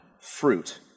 fruit